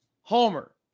Homer